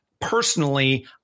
personally